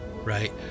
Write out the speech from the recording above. Right